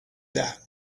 that